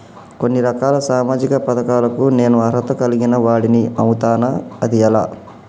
కొన్ని రకాల సామాజిక పథకాలకు నేను అర్హత కలిగిన వాడిని అవుతానా? అది ఎలా?